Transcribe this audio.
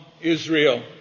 Israel